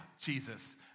Jesus